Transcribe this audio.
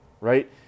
right